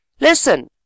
Listen